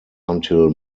until